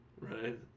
Right